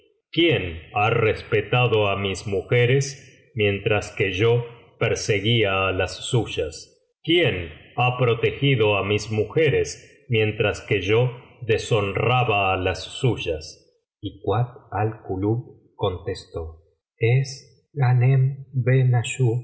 quién lia respetado á mis mujeres mientras que yo perseguía á las suyas quién ha protegido á mis mujeres mientras que yo deshonraba á las suyas y kuat al kulub contestó es ghanem